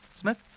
Smith